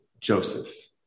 Joseph